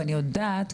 ואני יודעת,